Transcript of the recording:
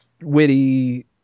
witty